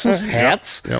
hats